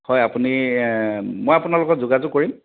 হয় আপুনি এ মই আপোনাৰ লগত যোগাযোগ কৰিম